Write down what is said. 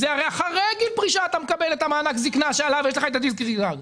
הרי אחרי גיל הפרישה אתה מקבל את מענק הזקנה עליו יש לך את ה-דיסריגרד.